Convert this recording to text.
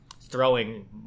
throwing